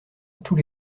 tous